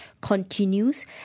continues